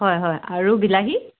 হয় হয় আৰু বিলাহী